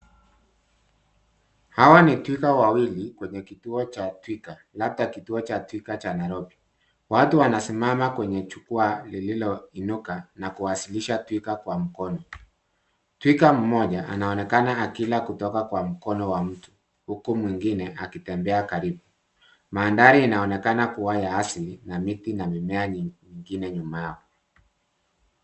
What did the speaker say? Hawa ni twiga wawili kwenye kituo cha twiga labda kituo cha twiga cha Nairobi. Watu wanasimama kwenye jukwaa lililoinuka na kuwasilisha twiga kwa mkono. Twiga mmoja anaonekana akila kutoka kwa mkono wa mtu, huku mwingine akitembea karibu. Mandhari inaonekana kuwa ya asili na miti na mimea mingine nyuma yao.